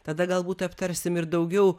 tada galbūt aptarsim ir daugiau